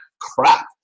crap